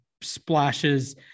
splashes